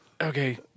okay